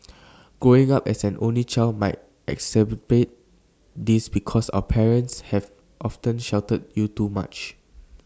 growing up as an only child might exacerbate this because your parents have often sheltered you too much